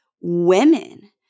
women